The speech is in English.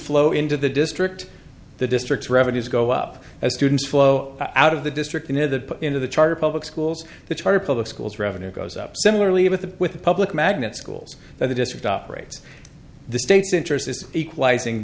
flow into the district the district's revenues go up as students flow out of the district near the end of the charter public schools the charter public schools revenue goes up similarly with the with the public magnet schools that the district operates the state's interest is equalizing